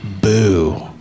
Boo